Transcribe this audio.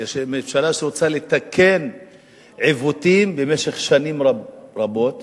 כממשלה שרוצה לתקן עיוותים של שנים רבות.